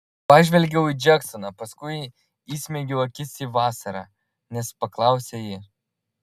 pažvelgiau į džeksoną paskui įsmeigiau akis į vasarą nes paklausė ji